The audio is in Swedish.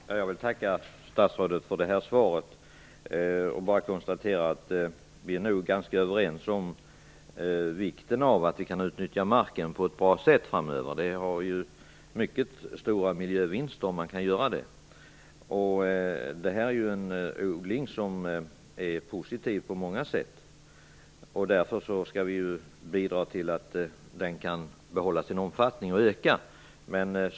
Fru talman! Jag vill tacka statsrådet för detta svar. Jag konstaterar att vi nog är ganska överens om vikten av att marken utnyttjas på ett bra sätt framöver. Det innebär mycket stora miljövinster om man kan göra det. Det här är ju en odling som är positiv på många sätt. Därför skall vi bidra till att den kan behålla sin omfattning, och även öka.